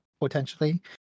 potentially